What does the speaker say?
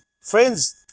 Friends